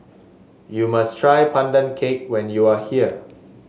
you must try Pandan Cake when you are here